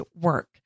work